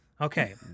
Okay